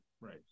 Right